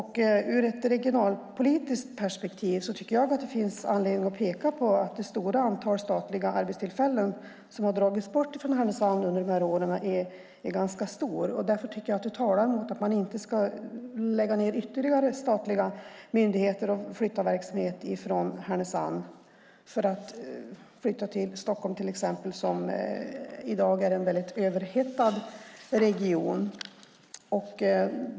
Ur ett regionalpolitiskt perspektiv tycker jag att det finns anledning att peka på att det är ett ganska stort antal statliga arbetstillfällen som har dragits bort från Härnösand under dessa år. Det tycker jag talar emot att lägga ned ytterligare statliga myndigheter och flytta verksamhet från Härnösand till exempel till Stockholm, som i dag är en väldigt överhettad region.